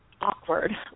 awkward